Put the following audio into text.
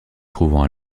trouvant